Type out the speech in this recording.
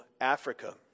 Africa